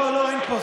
לא, לא, אין פה.